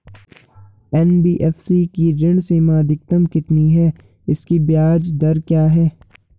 NBFC की ऋण सीमा अधिकतम कितनी है इसकी ब्याज दर क्या है?